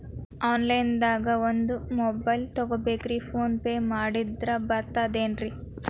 Online ದಾಗ ಒಂದ್ mobile ತಗೋಬೇಕ್ರಿ ಫೋನ್ ಪೇ ಮಾಡಿದ್ರ ಬರ್ತಾದೇನ್ರಿ?